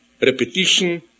Repetition